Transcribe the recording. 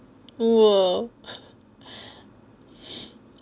oh